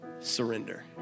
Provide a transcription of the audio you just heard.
Surrender